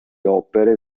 opere